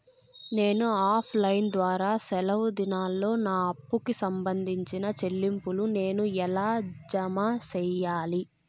నేను offline ద్వారా సెలవు దినాల్లో నా అప్పుకి సంబంధించిన చెల్లింపులు నేను ఎలా జామ సెయ్యాలి?